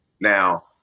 Now